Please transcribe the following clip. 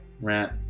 Rant